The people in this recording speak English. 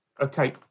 Okay